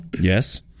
yes